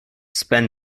spend